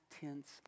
tense